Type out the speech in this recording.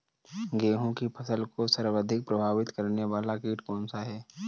गेहूँ की फसल को सर्वाधिक प्रभावित करने वाला कीट कौनसा है?